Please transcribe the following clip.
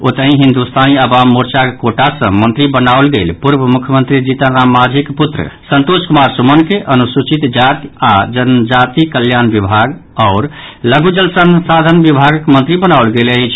ओतहि हिन्दुस्तानी आवाम मोर्चाक कोटा सँ मंत्री बनाओल गेल पूर्व मुख्यमंत्री जीतन राम मांझीक पुत्र संतोष कुमार सुमन के अनुसूचित जाति आओर जनजाति कल्याण विभाग आ लघु जलसंसाधन विभागक मंत्री बनाओल गेल अछि